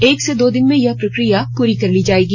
एक से दो दिन में यह प्रक्रिया पूरी कर ली जाएगी